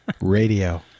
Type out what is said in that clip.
Radio